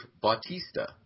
Bautista